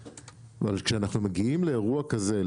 כשאנחנו מגיעים לאירוע כזה,